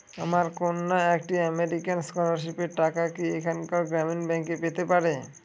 আমার কন্যা একটি আমেরিকান স্কলারশিপের টাকা কি এখানকার গ্রামীণ ব্যাংকে পেতে পারে?